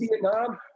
Vietnam